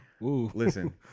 Listen